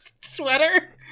sweater